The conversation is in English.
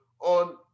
on